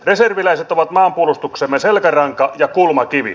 reserviläiset ovat maanpuolustuksemme selkäranka ja kulmakivi